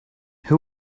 who